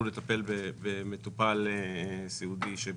עד 13 שנים שיכולים להגיש בקשות לטפל במטופלים סיעודיים שנמנים